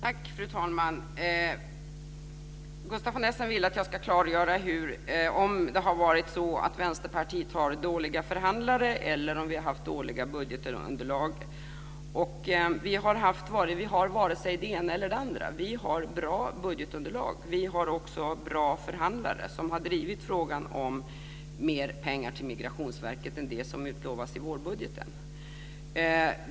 Fru talman! Gustaf von Essen vill att jag ska klargöra om Vänsterpartiet har haft dåliga förhandlare eller om vi har haft dåliga budgetunderlag. Vi har haft varken det ena eller det andra. Vi har bra budgetunderlag, vi har också bra förhandlare som har drivit frågan om mer pengar till Migrationsverket, det som utlovas i vårbudgeten.